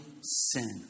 sin